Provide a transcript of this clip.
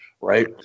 right